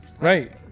Right